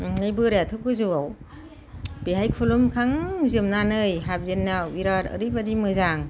ओमफ्राय बोराइआथ' गोजौआव बेहाय खुलुमखांजोबनानै हाबजेननायाव बिराद ओरैबायदि मोजां